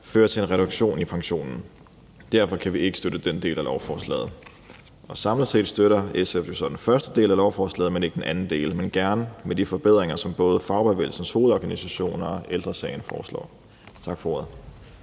fører til en reduktion i pensionen. Derfor kan vi ikke støtte den del af lovforslaget. Samlet støtter SF jo så den første del af lovforslaget, men ikke den anden del – men gerne med de forbedringer, som både Fagbevægelsens Hovedorganisation og Ældre Sagen foreslår. Tak for ordet.